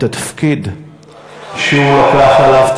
את התפקיד שהוא לקח עליו,